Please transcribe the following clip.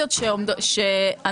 אחרי שיעבור התקציב נעשה מה שאתם